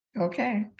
Okay